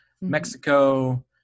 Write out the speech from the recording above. Mexico